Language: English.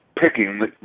picking